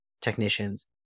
technicians